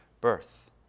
birth